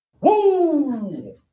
Woo